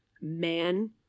man